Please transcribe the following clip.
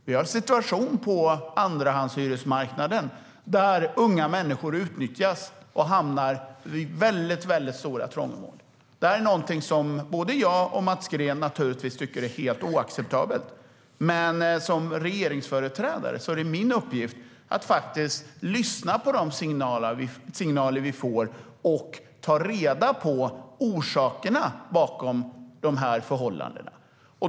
Vi har en situation på andrahandshyresmarknaden där unga människor utnyttjas och hamnar i stora trångmål. Det är något som både jag och Mats Green naturligtvis tycker är helt oacceptabelt. Som regeringsföreträdare är det min uppgift att lyssna på de signaler som vi får och ta reda på orsakerna bakom förhållandena.